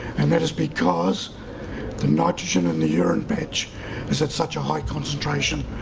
and that is because the nitrogen in the urine patch is at such a high concentration,